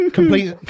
complete